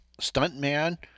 stuntman